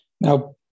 Now